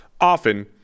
often